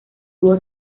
dúo